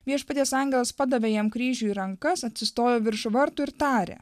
viešpaties angelas padavė jam kryžių į rankas atsistojo virš vartų ir tarė